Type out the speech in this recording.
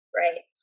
right